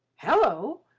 hello!